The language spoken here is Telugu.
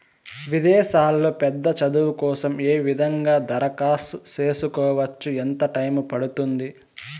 విదేశాల్లో పెద్ద చదువు కోసం ఏ విధంగా దరఖాస్తు సేసుకోవచ్చు? ఎంత టైము పడుతుంది?